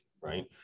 right